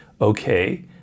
okay